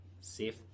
safe